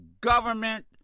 government